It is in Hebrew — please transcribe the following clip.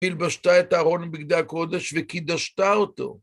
הילבשת את אהרון בבגדי הקודש וקידשת אותו.